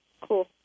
Cool